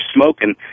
smoking